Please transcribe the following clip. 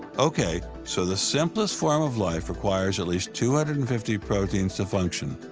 okay, so the simplest form of life requires at least two hundred and fifty proteins to function.